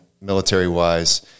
military-wise